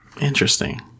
Interesting